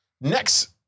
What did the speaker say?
Next